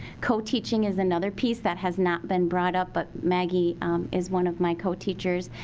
co-teaching is another piece that has not been brought up but maggie is one of my co-teachers.